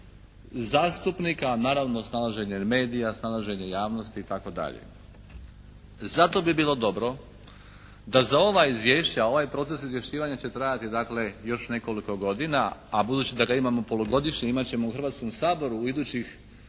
zastupnika, a naravno snalaženje medija, snalaženje javnosti i tako dalje. Zato bi bilo dobro da za ova izvješća, ovaj proces izvješćivanja će trajati dakle još nekoliko godina, a budući da ga imamo polugodišnje imat ćemo u Hrvatskom saboru u idućih